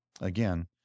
Again